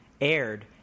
aired